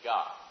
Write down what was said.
God